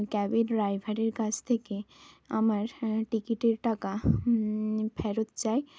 ক্যাবের ড্রাইভারের কাছ থেকে আমার টিকিটের টাকা ফেরত চাই